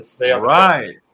right